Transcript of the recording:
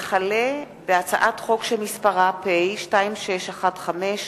וכלה בהצעת חוק שמספרה פ/2615/18,